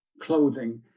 clothing